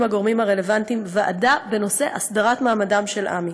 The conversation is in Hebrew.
הגורמים הרלוונטיים ועדה בנושא הסדרת מעמדם של עמ"י,